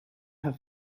her